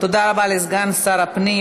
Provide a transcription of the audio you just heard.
תודה רבה לסגן שר הפנים